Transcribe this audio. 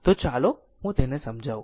તો ચાલો હું તેને સમજાવું